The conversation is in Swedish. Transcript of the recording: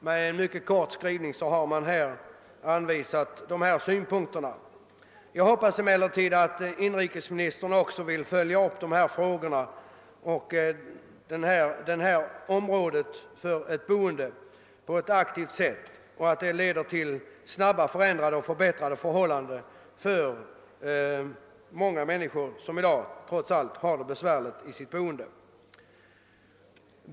Med en mycket kort skrivning har man i utlåtandet redovisat dessa synpunkter. Jag hoppas emellertid att inrikesministern på ett aktivt sätt vill följa upp dessa problem på boendeområdet och vidta åtgärder som snabbt leder till förbättrade för hållanden för många människor som i dag trots allt har det besvärligt med sitt boende.